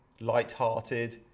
light-hearted